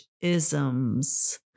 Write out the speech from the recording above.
isms